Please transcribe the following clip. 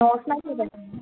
न'आवसो नायफैदों